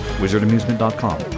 wizardamusement.com